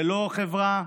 ללא חברה,